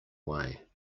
way